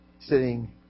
sitting